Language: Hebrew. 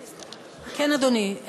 כן, אדוני.